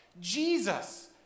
Jesus